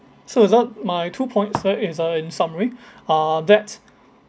so also my two points there is uh in summary uh that